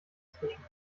zwischen